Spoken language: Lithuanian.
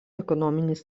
ekonominis